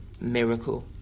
miracle